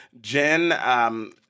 Jen –